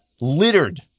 littered